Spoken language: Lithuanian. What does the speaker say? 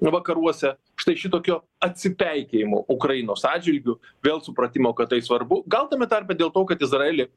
vakaruose štai šitokio atsipeikėjimo ukrainos atžvilgiu vėl supratimo kad tai svarbu gal tame tarpe dėl to kad izraely